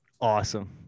Awesome